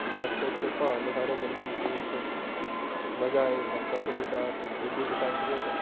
इ'न्ने अच्छे अच्छे प्हाड़ न साढ़ै जम्मू कश्मीर च मज़ा आई जन्दा पटनीटाप ऐ डुडू बसंतगढ़ ऐ